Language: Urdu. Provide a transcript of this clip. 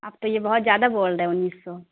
آپ تو یہ بہت زیادہ بول رہے ہیں انیس سو